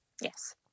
Yes